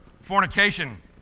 fornication